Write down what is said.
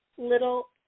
little